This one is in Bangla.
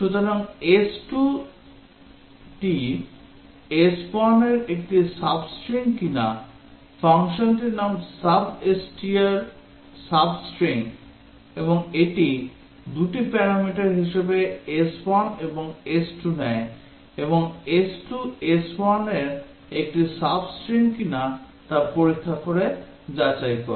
সুতরাং s2 টি s1 এর একটি sub string কিনা ফাংশনটির নাম substr sub string এবং এটি দুটি প্যারামিটার হিসাবে s1 এবং s2 নেয় এবং s2 s1 এর একটি সাব স্ট্রিং কিনা তা পরীক্ষা করে যাচাই করে